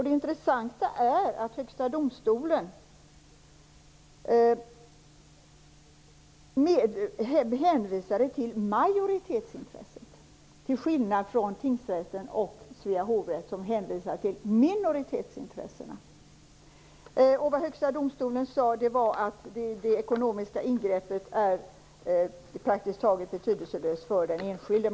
Det intressanta är att Högsta domstolen hänvisade till majoritetsintresset, till skillnad från tingsrätten och Svea hovrätt som hänvisade till minoritetsintressena. Vad Högsta domstolen sade var att det ekonomiska ingreppet är praktiskt taget betydelselöst för den enskilde.